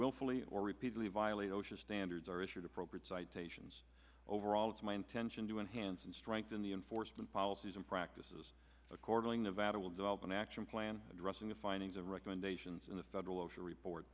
willfully or repeatedly violate osha standards are issued appropriate citations overall it's my intention to enhance and strengthen the enforcement policies and practices according to vat it will develop an action plan addressing the findings of recommendations in the federal osha report